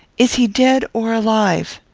is he dead, or alive?